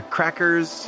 Crackers